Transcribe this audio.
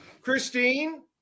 Christine